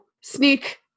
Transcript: sneak